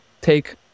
take